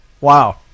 Wow